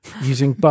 using